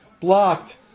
Blocked